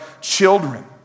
children